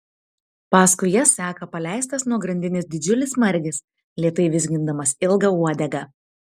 paskui jas seka paleistas nuo grandinės didžiulis margis lėtai vizgindamas ilgą uodegą